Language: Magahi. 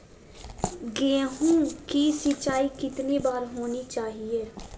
गेहु की सिंचाई कितनी बार होनी चाहिए?